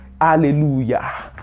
hallelujah